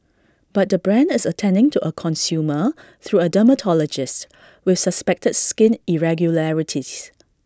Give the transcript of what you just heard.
but the brand is attending to A consumer through A dermatologist with suspected skin irregularities